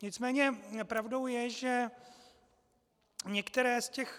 Nicméně pravdou je, že některé z těch...